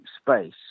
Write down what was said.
space